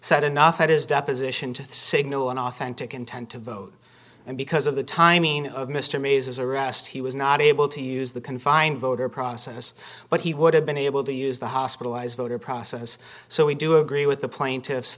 said enough at his deposition to signal an authentic intent to vote and because of the timing of mr mayes's arrest he was not able to use the confine voter process but he would have been able to use the hospitalized voter process so we do agree with the plaintiffs